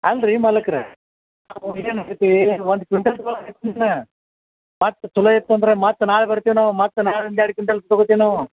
ಅಲ್ರಿ ಮಾಲೀಕ್ರೇ ನಾವು ಏನು ಒಂದು ಕ್ವಿಂಟಲ್ ತೊಗೊಳಕತ್ತೀವಲ್ಲ ಮತ್ತೆ ಚಲೋ ಇತ್ತಂದ್ರೆ ಮತ್ತೆ ನಾಳೆ ಬರ್ತೀವಿ ನಾವು ಮತ್ತೆ ನಾಳೆ ಒಂದು ಎರ್ಡು ಕ್ವಿಂಟಲ್ ತೊಗೋಳ್ತೀವಿ ನಾವು